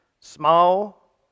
small